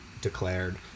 declared